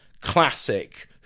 classic